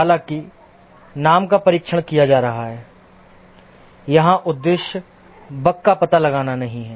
हालांकि नाम का परीक्षण किया जा रहा है यहाँ उद्देश्य बग का पता लगाना नहीं है